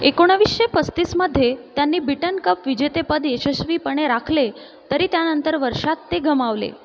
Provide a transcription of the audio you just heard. एकोणवीसशे पस्तीसमध्ये त्यांनी बीटन कप विजेतेपद यशस्वीपणे राखले तरी त्यानंतर वर्षात ते गमावले